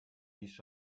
ließ